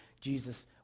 Jesus